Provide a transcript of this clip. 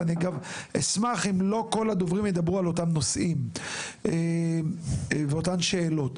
ואני גם אשמח שלא כל הדוברים ידברו על אותם נושאים ואותן שאלות.